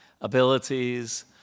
abilities